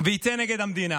ויצא נגד המדינה.